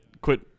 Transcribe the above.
quit